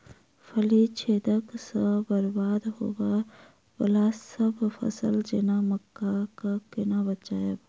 फली छेदक सँ बरबाद होबय वलासभ फसल जेना मक्का कऽ केना बचयब?